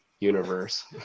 Universe